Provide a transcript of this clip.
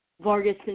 Vargas